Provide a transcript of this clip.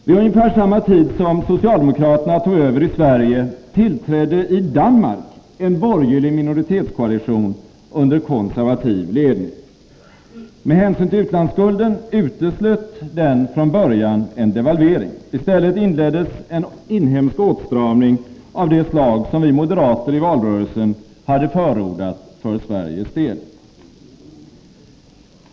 Vid ungefär samma tid som socialdemokraterna tog över i Sverige tillträdde i Danmark en borgerlig minoritetskoalition under konservativ ledning. Med hänsyn till utlandsskulden uteslöt den från början en devalvering. I stället inleddes en inhemsk åtstramning av det slag som vi moderater i valrörelsen hade förordat för Sveriges del.